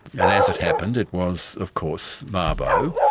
and as it happened it was, of course, mabo,